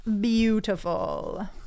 beautiful